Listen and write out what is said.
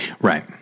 Right